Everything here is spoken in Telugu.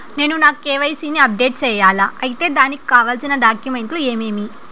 నేను నా కె.వై.సి ని అప్డేట్ సేయాలా? అయితే దానికి కావాల్సిన డాక్యుమెంట్లు ఏమేమీ?